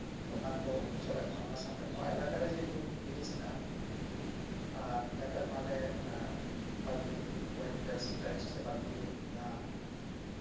ᱛᱚ ᱚᱱᱟ ᱠᱚ ᱦᱩᱭ ᱪᱟᱞᱟᱜ ᱠᱟᱱᱟ ᱚᱱᱟ ᱥᱟᱶᱛᱮ ᱱᱚᱣᱟ ᱮᱞᱟᱠᱟᱨᱮ ᱡᱮ ᱡᱤᱱᱤᱥ ᱦᱮᱱᱟᱜᱼᱟ ᱟᱨ ᱱᱮᱛᱟᱨ ᱢᱟᱞᱮ ᱚᱱᱟ ᱵᱟᱠᱡᱩᱞᱩ ᱳᱭᱮᱞ ᱯᱷᱮᱭᱟᱨᱥ ᱥᱳᱥᱟᱭᱴᱤ ᱥᱮ ᱵᱟᱠ ᱡᱩᱱᱩ ᱡᱟᱸᱦᱟ